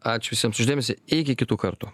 ačiū visiems už dėmesį iki kitų kartų